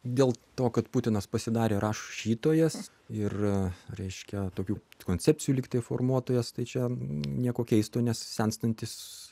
dėl to kad putinas pasidarė rašytojas ir reiškia tokių koncepcijų lygtais formuotojas tai čia nieko keisto nes senstantys